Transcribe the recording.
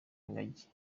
ingagi